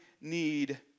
need